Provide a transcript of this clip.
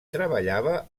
treballava